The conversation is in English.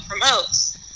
promotes